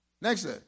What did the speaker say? Next